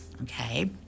okay